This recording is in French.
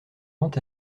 quant